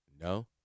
No